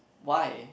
why